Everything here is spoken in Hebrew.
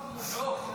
מלול,